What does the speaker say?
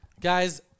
Guys